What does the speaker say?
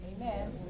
Amen